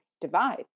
divide